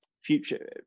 future